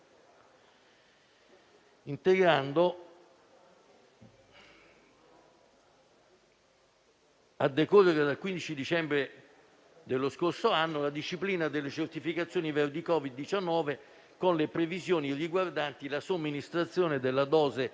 integrando a decorrere dal 15 dicembre dello scorso anno la disciplina delle certificazioni verdi Covid-19 con le previsioni riguardanti la somministrazione della dose